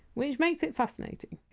which makes it fascinating,